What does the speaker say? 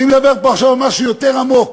אני מדבר פה עכשיו על משהו יותר עמוק,